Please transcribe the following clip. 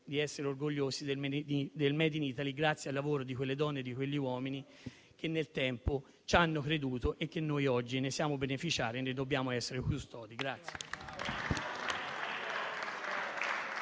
di essere orgogliosi del *made in Italy,* grazie al lavoro delle donne e degli uomini che nel tempo ci hanno creduto e di cui oggi siamo beneficiari e dobbiamo essere custodi.